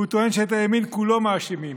הוא טוען שאת הימין כולו מאשימים.